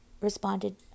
responded